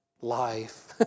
life